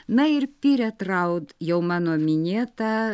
na ir piret raud jau mano minėta